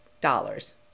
dollars